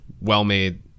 well-made